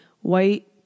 white